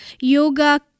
Yoga